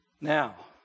Now